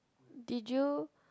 did you